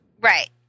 Right